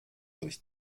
durch